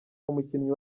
umukinnyi